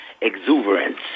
exuberance